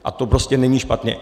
A to prostě není špatně.